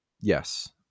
Yes